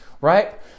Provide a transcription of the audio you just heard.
right